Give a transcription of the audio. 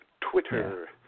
Twitter